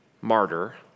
martyr